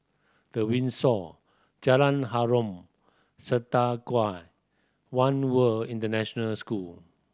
The Windsor Jalan Harom Setangkai One World International School